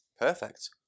perfect